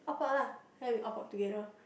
opt out lah then we opt out together